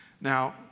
Now